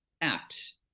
act